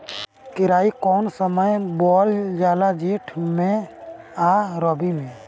केराई कौने समय बोअल जाला जेठ मैं आ रबी में?